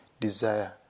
desire